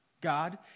God